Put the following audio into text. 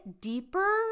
deeper